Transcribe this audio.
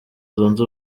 zunze